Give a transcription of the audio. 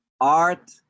art